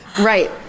Right